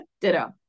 Ditto